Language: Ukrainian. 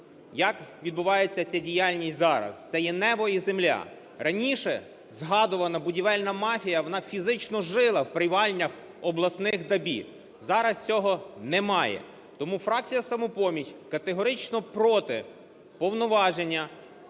як відбувається ця діяльність зараз, – це є небо і земля. Раніше згадувана будівельна мафія вона фізично жила в приймальнях обласних ДАБІ, зараз цього немає. Тому фракція "Самопоміч" категорично проти повноваження…